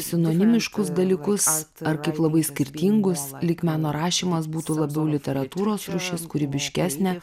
sinonimiškus dalykus ar kaip labai skirtingus lyg meno rašymas būtų labiau literatūros rūšis kūrybiškesnė